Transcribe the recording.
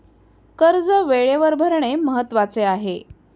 कर्ज वेळेवर भरणे महत्वाचे आहे